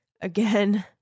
Again